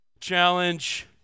Challenge